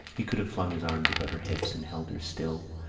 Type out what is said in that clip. he could have flung his arms about her hips and held her still,